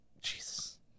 Jesus